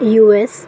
U S